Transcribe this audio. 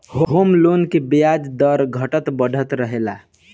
home loan के ब्याज दर घटत बढ़त रहेला